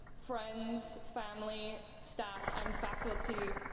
friends, family, staff and faculty.